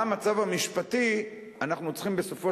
מה המצב המשפטי אנחנו צריכים בסופו